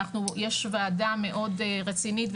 יש וועדה מאוד רצינית,